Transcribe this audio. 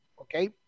Okay